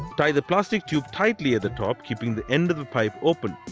tie the plastic tube tightly at the top keeping the end of the pipe open.